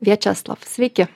viačeslav sveiki